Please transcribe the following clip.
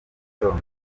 kubagwa